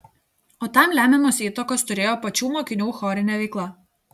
o tam lemiamos įtakos turėjo pačių mokinių chorinė veikla